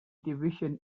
division